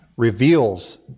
reveals